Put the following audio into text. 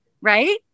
Right